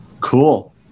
Cool